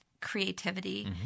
creativity